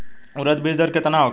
उरद बीज दर केतना होखे?